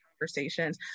conversations